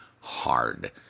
hard